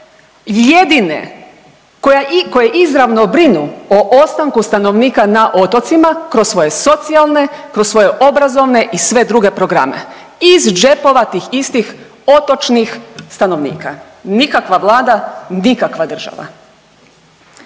jedine koje izravnu brinu o ostanku stanovnika na otocima kroz svoje socijalne, kroz svoje obrazovne i sve druge programe iz džepova tih istih otočnih stanovnika. Nikakva Vlada, nikakva država.